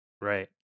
right